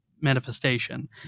manifestation